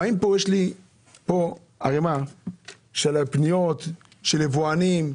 יש לי כאן ערימה של פניות של יבואנים.